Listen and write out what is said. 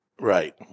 Right